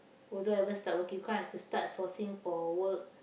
although I haven't started working cause I have to start sourcing for work